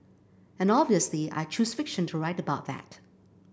and obviously I choose fiction to write about that